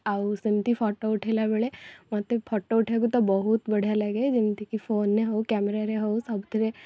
ଆଉ ସେମିତି ଫଟୋ ଉଠାଇଲା ବେଳେ ମୋତେ ଫଟୋ ଉଠାଇବାକୁ ତ ବହୁତ ବଢ଼ିଆ ଲାଗେ ଯେମିତିକି ଫୋନରେ ହଉ କ୍ୟାମେରାରେ ହଉ ସବୁଥିରେ